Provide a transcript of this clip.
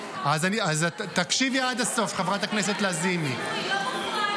--- זה לא יכול להיות מסחרי.